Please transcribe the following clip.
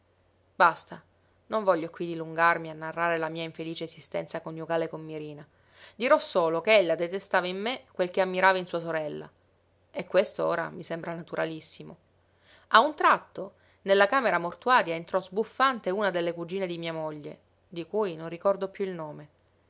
basta non voglio qui dilungarmi a narrare la mia infelice esistenza coniugale con mirina dirò solo che ella detestava in me quel che ammirava in sua sorella e questo ora mi sembra naturalissimo a un tratto nella camera mortuaria entrò sbuffante una delle cugine di mia moglie di cui non ricordo piú il nome